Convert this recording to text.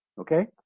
okay